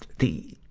the,